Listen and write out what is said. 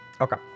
Okay